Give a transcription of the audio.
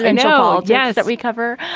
you know yeah. that we cover.